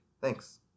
Thanks